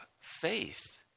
faith